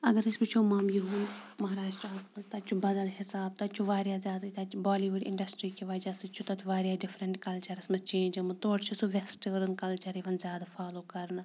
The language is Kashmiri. اگر أسۍ وٕچھو مَمبیہِ ہُنٛد مہاراسٹرٛاہَس منٛز تَتہِ چھُ بدل حِساب تَتہِ چھُ واریاہ زیادٕ تَتہِ بالی وُڈ اِنڈَسٹِرٛی کہِ وجہ سۭتۍ چھُ تَتہِ واریاہ ڈِفرنٛٹ کَلچَرَس منٛز چینٛج آمُت تورٕ چھِ سُہ وٮ۪سٹٲرٕن کَلچَر یِوان زیادٕ فالو کَرنہٕ